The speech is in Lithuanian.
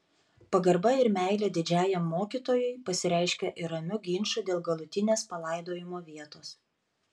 pagarba ir meilė didžiajam mokytojui pasireiškė ir ramiu ginču dėl galutinės palaidojimo vietos